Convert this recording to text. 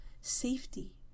Safety